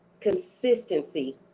Consistency